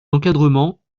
d’encadrement